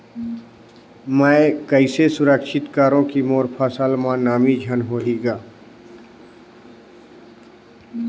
मैं कइसे सुरक्षित करो की मोर फसल म नमी झन होही ग?